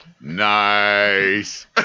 Nice